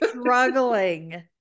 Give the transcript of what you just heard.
struggling